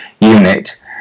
unit